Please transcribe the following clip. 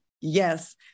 Yes